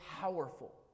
powerful